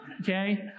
okay